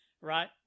right